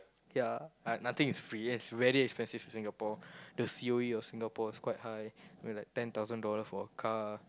K lah like nothing is free in Singapore it's very expensive in Singapore the C_O_E of Singapore is quite high I mean like ten thousand dollar for a car